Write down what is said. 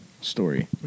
story